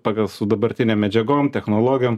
pagal su dabartine medžiagom technologijom